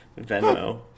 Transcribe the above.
Venmo